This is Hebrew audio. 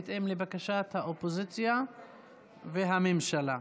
לפי בקשת האופוזיציה והממשלה.